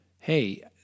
hey